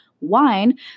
wine